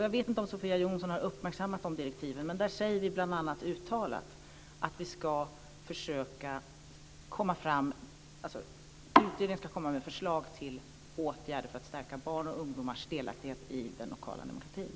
Jag vet inte om Sofia Jonsson har uppmärksammat dessa direktiv. Där säger vi bl.a. uttalat att utredningen ska komma med förslag till åtgärder för att stärka barns och ungdomars delaktighet i den lokala demokratin.